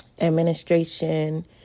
administration